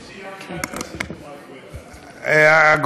חברים,